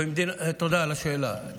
תודה על השאלה.